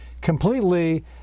completely